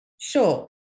Sure